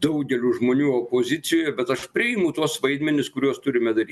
daugeliu žmonių opozicijoje bet aš priimu tuos vaidmenis kuriuos turime daryt